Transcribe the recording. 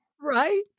Right